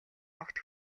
огт